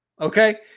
Okay